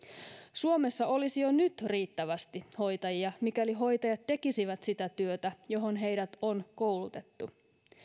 suomessa olisi jo nyt riittävästi hoitajia mikäli hoitajat tekisivät sitä työtä johon heidät on koulutettu